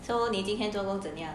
so 你今天做工怎样